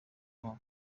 wabo